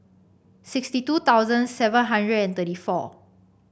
sixty two thousand seven hundred and thirty four